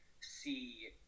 see